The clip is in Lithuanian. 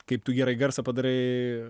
kaip tu gerai garsą padarai